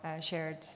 shared